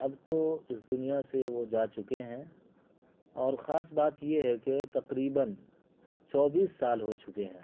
اب تو اس دنیا سے وہ جا چکے ہیں اور خاص بات یہ ہے کہ تقریباً چوبیس سال ہو چکے ہیں